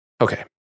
Okay